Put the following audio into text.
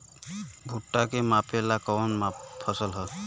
भूट्टा के मापे ला कवन फसल ह?